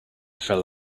fell